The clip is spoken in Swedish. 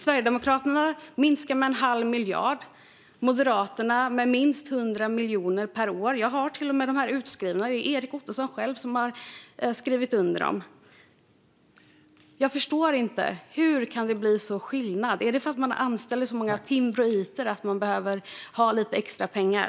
Sverigedemokraterna minskar med en halv miljard, Moderaterna med minst 100 miljoner per år. Jag har motionerna utskrivna här; det är Erik Ottoson själv som har skrivit under dem. Jag förstår inte hur det kan bli en sådan skillnad. Är det för att man anställer så många timbroiter att man behöver ha lite extra pengar?